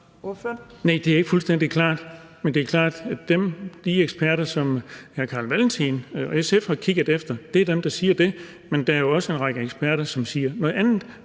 det er ikke fuldstændig klart. Men det er klart, at de eksperter, som hr. Carl Valentin og SF har kigget efter, er dem, der siger det. Men der er jo også en række eksperter, som siger noget andet.